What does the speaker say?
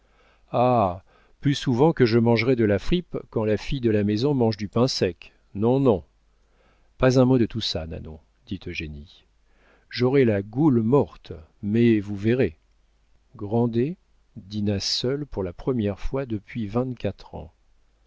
pus souvent que je mangerai de la frippe quand la fille de la maison mange du pain sec non non pas un mot de tout ça nanon dit eugénie j'aurai la goule morte mais vous verrez grandet dîna seul pour la première fois depuis vingt-quatre ans